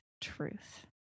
Truth